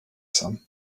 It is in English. some